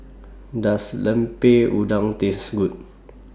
Does Lemper Udang Taste Good